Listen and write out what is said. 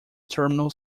terminal